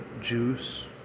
juice